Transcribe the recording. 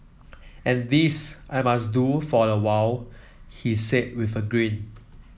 and this I might do for a while he says with a grin